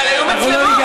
אבל היו מצלמות.